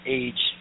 age